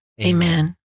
Amen